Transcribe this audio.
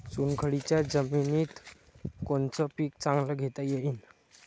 चुनखडीच्या जमीनीत कोनतं पीक चांगलं घेता येईन?